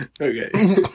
Okay